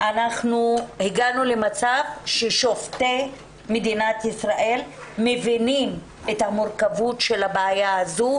הגענו למצב ששופטי מדינת ישראל מבינים את המורכבות של הבעיה הזאת,